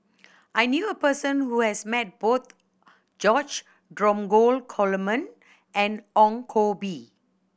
I knew a person who has met both George Dromgold Coleman and Ong Koh Bee